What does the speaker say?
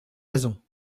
raisons